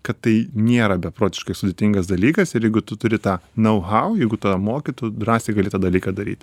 kad tai niera beprotiškai sudėtingas dalykas ir jeigu tu turi tą nau hau jeigu ta mokytų drąsiai gali tą dalyką daryti